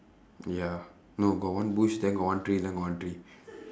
ya no got one bush then got one tree then got one tree